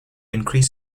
increase